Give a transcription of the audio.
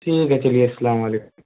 ٹھیک ہے چلیے السلام وعلیکم